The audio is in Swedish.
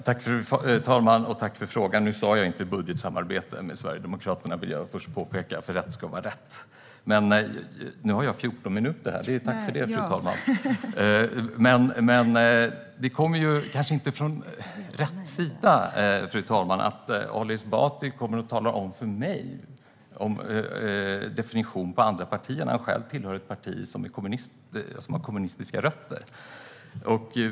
Fru talman! Tack, Ali Esbati, för frågan! Nu har jag inte sagt något om budgetsamarbete med Sverigedemokraterna, vill jag påpeka. Rätt ska vara rätt. Men det kommer kanske inte riktigt från rätt sida när Ali Esbati kommer och talar om för mig hur andra partier ska definieras när han själv tillhör ett parti som har kommunistiska rötter.